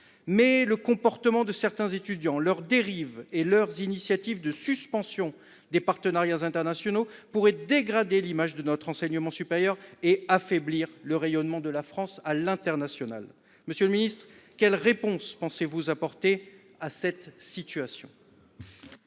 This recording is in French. le comportement de certains étudiants, leurs dérives et leurs initiatives poussant à la suspension de partenariats internationaux pourraient dégrader l’image de notre enseignement supérieur et affaiblir le rayonnement international de la France. Monsieur le ministre, quelles réponses apporterez vous face à cette situation ?